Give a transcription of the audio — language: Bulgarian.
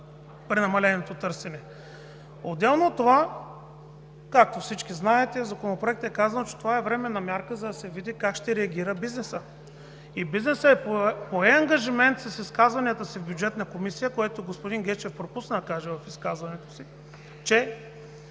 при намаленото търсене. Отделно от това, както всички знаете, в Законопроекта е казано, че това е временна мярка, за да се види как ще реагира бизнесът. Бизнесът пое ангажимент с изказванията си в Бюджетната комисия, което господин Гечев пропусна да каже в изказването си, че